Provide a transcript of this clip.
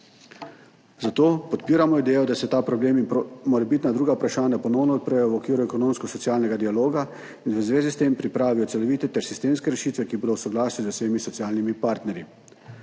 Zato podpiramo idejo, da se ta problem in morebitna druga vprašanja ponovno odprejo v okviru ekonomsko-socialnega dialoga in v zvezi s tem pripravijo celovite ter sistemske rešitve, ki bodo v soglasju z vsemi socialnimi partnerji.